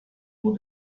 maux